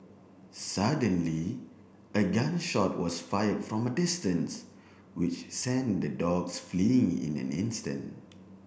suddenly a gun shot was fire from a distance which sent the dogs fleeing in an instant